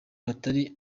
batari